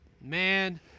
Man